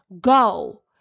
go